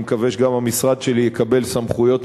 אני מקווה שגם המשרד שלי יקבל סמכויות